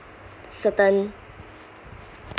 certain